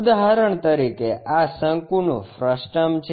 ઉદાહરણ તરીકે આ શંકુનું ફ્રસ્ટમ છે